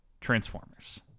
Transformers